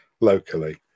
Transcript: locally